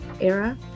era